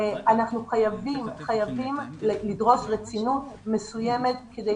אנחנו חייבים לדרוש רצינות מסוימת כדי